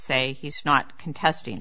say he's not contesting